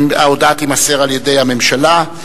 ההודעה תימסר על-ידי הממשלה.